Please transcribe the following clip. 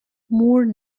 moore